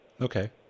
okay